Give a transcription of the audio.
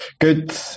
good